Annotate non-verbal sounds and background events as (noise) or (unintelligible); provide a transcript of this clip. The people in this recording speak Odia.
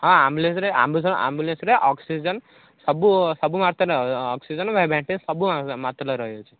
ହଁ ଆମ୍ବୁଲାନ୍ସରେ ଆମ୍ବୁଲାନ୍ସରେ ଅକ୍ସିଜେନ୍ ସବୁ ସବୁ ମାତ୍ର ଅକ୍ସିଜେନ୍ (unintelligible) ସବୁ ମାତ୍ର ରହିଅଛି